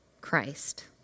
Christ